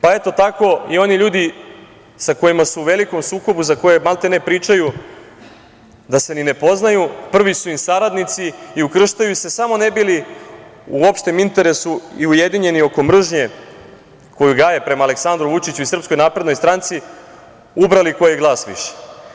Pa, eto, tako, i oni ljudi sa kojima su u velikom sukobu, za koje maltene pričaju da se ni ne poznaju, prvi su im saradnici i ukrštaju se samo ne bi li u opštem interesu i ujedinjeni oko mržnje koju gaje prema Aleksandru Vučiću i SNS ubrali koji glas više.